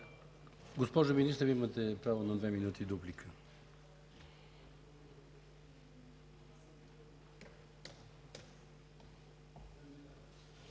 Госпожо Министър, имате право на две минути за дуплика.